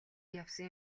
явсан